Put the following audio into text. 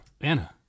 Anna